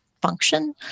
function